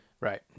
Right